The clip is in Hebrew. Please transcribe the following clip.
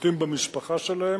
קולטים במשפחה שלהם,